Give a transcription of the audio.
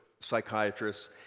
psychiatrists